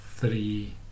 Three